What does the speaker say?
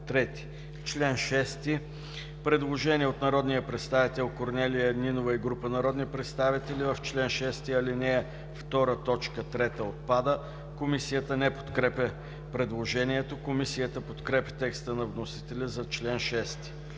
По чл. 6 има предложение от народния представител Корнелия Нинова и група народни представители: „В чл. 6, ал. 2 т. 3 отпада.“ Комисията не подкрепя предложението. Комисията подкрепя текста на вносителя за чл. 6.